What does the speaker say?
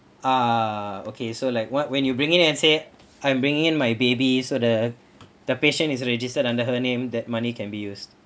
ah okay so like what when you bring it and say I'm bringing in my baby so the the patient is registered under her name that money can be used